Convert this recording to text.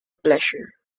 pleasure